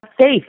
safe